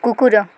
କୁକୁର